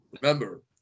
remember